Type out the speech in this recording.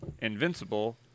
Invincible